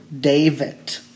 David